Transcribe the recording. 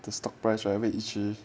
the stock price wherever it 一直